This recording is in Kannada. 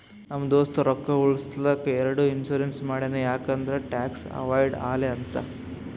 ನಮ್ ದೋಸ್ತ ರೊಕ್ಕಾ ಉಳುಸ್ಲಕ್ ಎರಡು ಇನ್ಸೂರೆನ್ಸ್ ಮಾಡ್ಸ್ಯಾನ್ ಯಾಕ್ ಅಂದುರ್ ಟ್ಯಾಕ್ಸ್ ಅವೈಡ್ ಆಲಿ ಅಂತ್